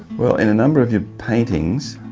well in a number of your paintings,